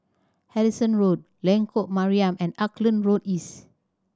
Harrison Road Lengkok Mariam and Auckland Road East